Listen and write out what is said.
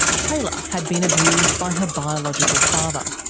taylor had been abused by her biological father.